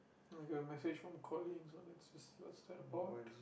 I got a message from Coleen so let's just see what's that about